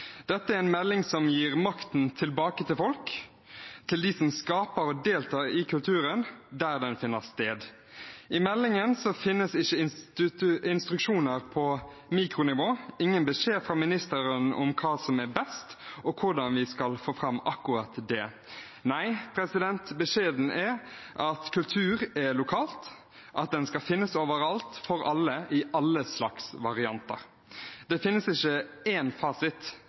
Dette er en melding som gir makten tilbake til folk, til dem som skaper og deltar i kulturen der den finner sted. I meldingen finnes ikke instruksjoner på mikronivå, ingen beskjed fra ministeren om hva som er best, og om hvordan vi skal få fram akkurat det. Nei, beskjeden er at kultur er lokalt, at den skal finnes overalt, for alle, i alle slags varianter. Det finnes ikke én fasit.